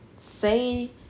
say